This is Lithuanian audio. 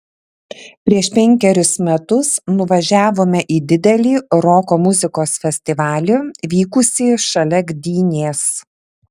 prieš penkerius metus nuvažiavome į didelį roko muzikos festivalį vykusį šalia gdynės